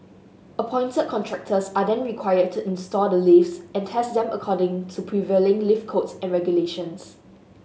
appointed contractors are then required to install the lifts and test them according to prevailing lift codes and regulations